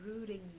rooting